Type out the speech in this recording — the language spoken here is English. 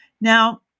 Now